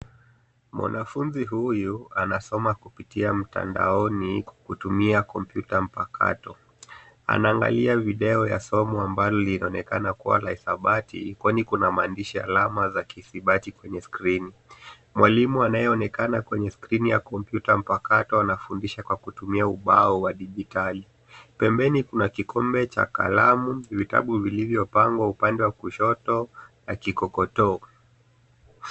Mwanafunzi huyu anasoma kupitia mtandaoni kwa kutumia kompyuta mpakato. Anaangalia video ya somo ambalo linaonekana kuwa la hisabati, kwani kuna maandishi alama za kihisabati kwenye skrini. Mwalimu anayeonekana kwenye skrini ya kompyuta mpakato, anafundisha kwa kutumia ubao wa digitali. Pembeni kuna kikombe cha kalamu, vitabu vilivyopangwa upande wa kushoto na kikokotoo.